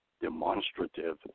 demonstrative